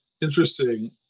Interesting